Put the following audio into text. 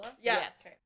Yes